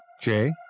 Jay